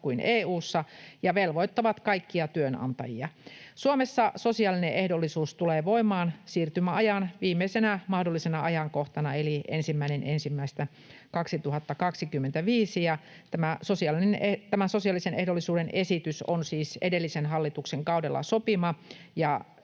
kuin EU:ssakin ja velvoittavat kaikkia työnantajia. Suomessa sosiaalinen ehdollisuus tulee voimaan siirtymäajan viimeisenä mahdollisena ajankohtana eli 1.1.2025. Tämä sosiaalisen ehdollisuuden esitys on siis edellisen hallituksen kaudellaan sopima,